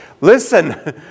listen